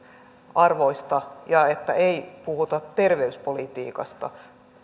arvoista ja ettei puhuta terveyspolitiikasta